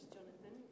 Jonathan